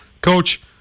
Coach